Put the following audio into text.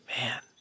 man